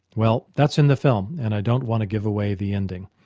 well, that's in the film and i don't want to give away the ending.